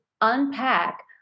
unpack